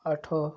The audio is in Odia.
ଆଠ